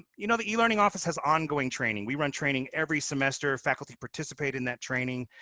you know the e-learning office has ongoing training. we run training every semester. faculty participate in that training.